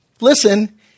listen